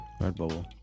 Redbubble